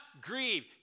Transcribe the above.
grieve